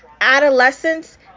adolescence